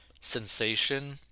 sensation